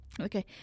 Okay